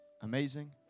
Amazing